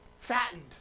fattened